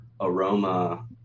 aroma